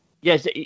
Yes